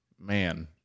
man